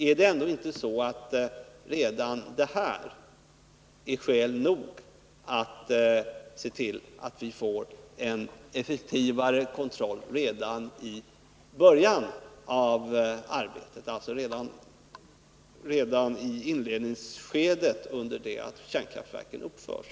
Är det ändå inte så, att redan detta som vi nu diskuterar är skäl nog för att se till att vi får en effektivare kontroll redan i inledningsskedet när kärnkraftverken uppförs?